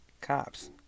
cops